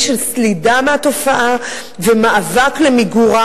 של סלידה מהתופעה ומאבק למיגורה.